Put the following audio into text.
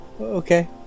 Okay